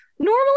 normally